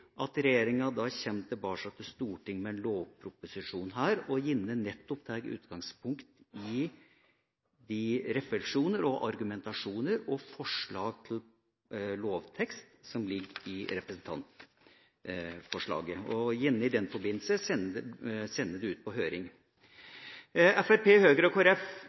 at regjeringa kommer tilbake til Stortinget med en lovproposisjon, som gjerne tar utgangspunkt i de refleksjoner, argumenter og forslag til lovtekst som ligger i representantforslaget, og gjerne sender det ut på høring i den forbindelse. Fremskrittspartiet, Høyre og Kristelig Folkeparti skriver fornuftig – og